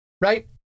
right